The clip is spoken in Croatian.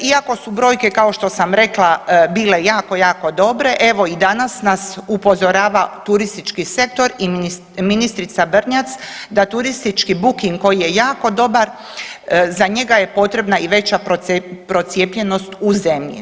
Iako su brojke, kao što sam rekla, bile jako, jako dobre, evo i danas nas upozorava turistički sektor i ministrica Brnjac da turistički booking koji je jako dobro, za njega je potrebna i veća procijepljenost u zemlji.